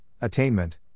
attainment